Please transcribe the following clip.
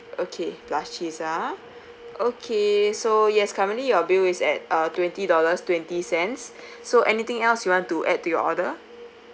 okay plus cheese ah okay so yes currently your bill is at uh twenty dollars twenty cents so anything else you want to add to your order